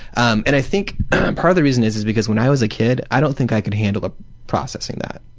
um and i think part of the reason is that because when i was a kid, i don't think i could handle ah processing that,